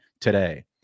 today